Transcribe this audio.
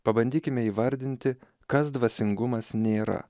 pabandykime įvardinti kas dvasingumas nėra